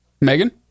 Megan